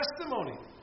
Testimony